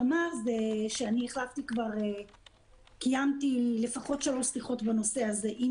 אני קיימתי לפחות שלוש שיחות בנושא הזה עם